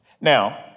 Now